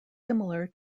similar